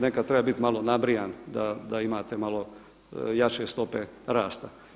Nekad treba biti malo nabrijan da imate malo jače stope rasta.